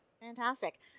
Fantastic